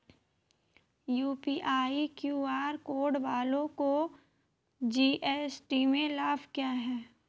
UPI QR code वालों को GST में लाभ क्या है?